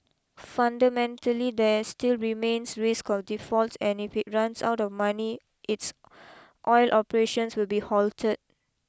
fundamentally there still remains risk of defaults and if it runs out of money its oil operations will be halted